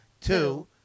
Two